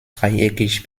dreieckig